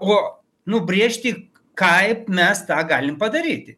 o nubrėžti kaip mes tą galim padaryti